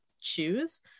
choose